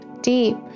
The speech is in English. deep